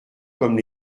comme